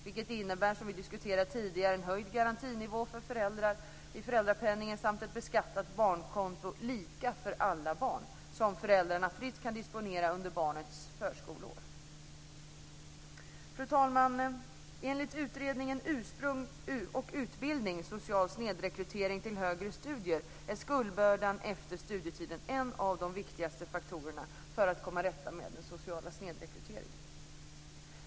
Det ska innebära en höjd garantinivå för föräldrar i föräldrapenningen samt ett beskattat barnkonto, lika för alla barn, som föräldrarna fritt kan disponera under barnets förskoleår. Fru talman! Enligt utredningen Ursprung och utbildning - social snedrekrytering till högre studier är skuldbördan efter studietiden en av de viktigaste faktorerna för att komma till rätta med den sociala snedrekryteringen.